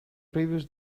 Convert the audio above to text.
previous